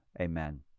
Amen